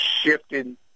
shifted